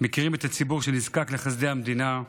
מכירים את הציבור שנזקק לחסדי המדינה.